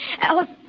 Alice